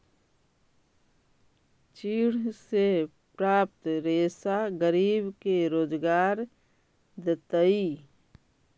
चीड़ से प्राप्त रेशा गरीब के रोजगार देतइ